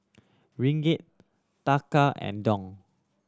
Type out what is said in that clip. Ringgit Taka and Dong